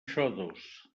xodos